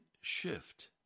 shift